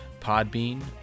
Podbean